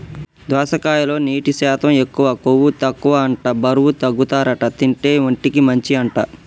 దోసకాయలో నీటి శాతం ఎక్కువ, కొవ్వు తక్కువ అంట బరువు తగ్గుతారట తింటే, ఒంటికి మంచి అంట